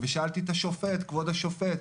ושאלתי את השופט: כבוד השופט,